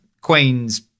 queens